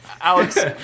Alex